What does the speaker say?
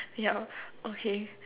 yeah okay